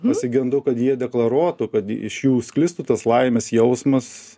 pasigendu kad jie deklaruotų kad iš jų sklistų tas laimės jausmas